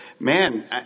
Man